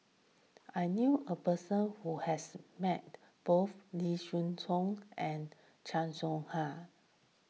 I knew a person who has met both Lim thean Soo and Chan Soh Ha